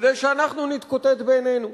כדי שאנחנו נתקוטט בינינו.